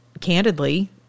candidly